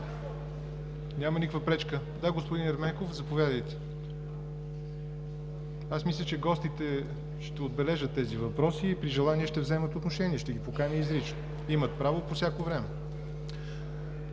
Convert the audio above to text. изказвания? (Реплики.) Господин Ерменков, заповядайте. Мисля, че гостите ще отбележат тези въпроси и при желание ще вземат отношение. Ще ги поканя изрично. Имат право по всяко време.